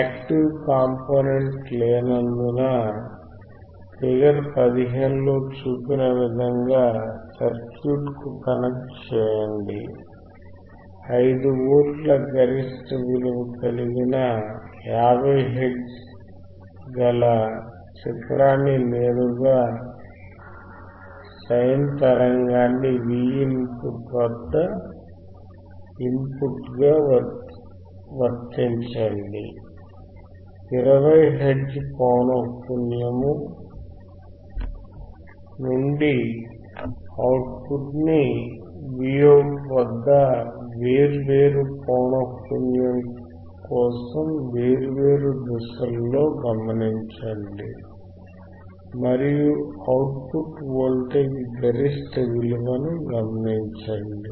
active component లేనందున figure 15 లో చూపిన విధంగా సర్క్యూట్ ను కనెక్ట్ చేయండి 5V గరిష్ట విలువ కలిగి 50 హెర్ట్జ్ గల శిఖరాన్ని నేరుగా సైన్ తరంగాన్ని Vin వద్ద ఇన్పుట్ గా వర్తించండి 20 హెర్ట్జ్ పౌనఃపున్యము నుండి అవుట్ పుట్ ని Vout వద్ద వేర్వేరు పౌనఃపున్యం కోసం వేర్వేరు దశలలో గమనించండి మరియు అవుట్ పుట్ వోల్టేజ్ గరిష్ట విలువని గమనించండి